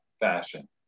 fashion